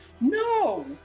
No